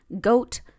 goat